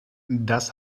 das